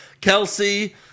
Kelsey